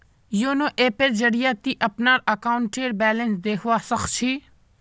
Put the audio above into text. YONO ऐपेर जरिए ती अपनार अकाउंटेर बैलेंस देखवा सख छि